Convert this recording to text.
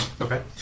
Okay